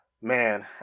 Man